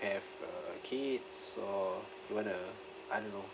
have uh kids or you want to I don't know